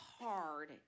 hard